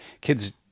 kids